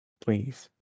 Please